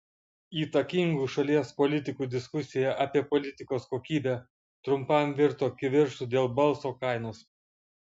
įtakingų šalies politikų diskusija apie politikos kokybę trumpam virto kivirču dėl balso kainos